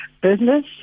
business